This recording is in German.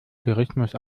tourismus